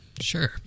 sure